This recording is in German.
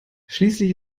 schließlich